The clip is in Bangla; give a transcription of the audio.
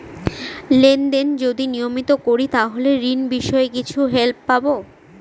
লেন দেন যদি নিয়মিত করি তাহলে ঋণ বিষয়ে কিছু হেল্প পাবো?